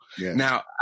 Now